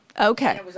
Okay